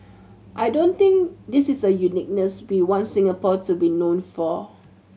I don't think this is a uniqueness we want Singapore to be known for